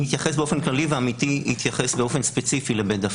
אני אתייחס באופן כללי ועמיתי יתייחס באופן ספציפי לבית דפנה.